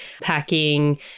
packing